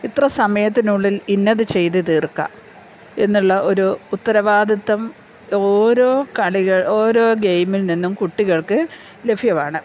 ഇത്ര സമയത്തിനുള്ളിൽ ഇന്നത് ചെയ്തു തീർക്കുക എന്നുള്ള ഒരു ഉത്തരവാദിത്തം ഓരോ കളികൾ ഓരോ ഗെയിമിൽ നിന്നും കുട്ടികൾക്ക് ലഭ്യമാണ്